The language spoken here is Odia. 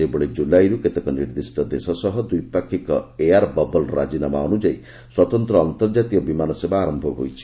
ସେହିଭଳି ଜୁଲାଇରୁ କେତେକ ନିର୍ଦ୍ଦିଷ୍ଟ ଦେଶ ସହ ଦ୍ୱିପାକ୍ଷୀକ ଏୟାର ବବଲ୍ ରାଜିନାମା ଅନୁଯାୟୀ ସ୍ୱତନ୍ତ୍ର ଆନ୍ତର୍ଜାତିକ ବିମାନ ସେବା ଆରମ୍ଭ ହୋଇଛି